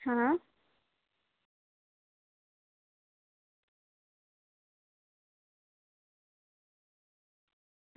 હા